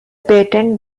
patent